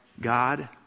God